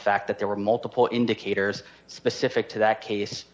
fact that there were multiple indicators specific to that case